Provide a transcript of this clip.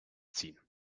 ziehen